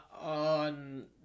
on